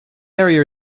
area